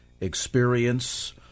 experience